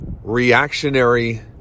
reactionary